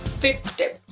fifth step,